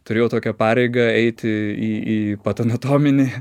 turėjau tokią pareigą eiti į į patanatominį